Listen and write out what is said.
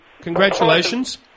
Congratulations